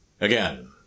Again